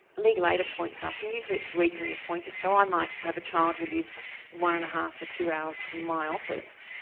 legal aid appoints us, and usually it's regionally appointed. so i might have a child who lives one and a half to two hours from my office,